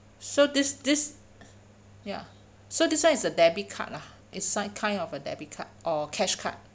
so this this ya so this one is a debit card lah it's some kind of a debit card or cash card